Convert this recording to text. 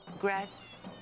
Grass